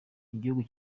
igihugu